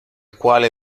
quale